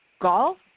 golf